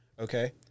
Okay